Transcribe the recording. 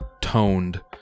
toned